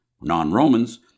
non-Romans